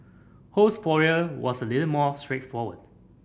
Ho's foray was a little more straightforward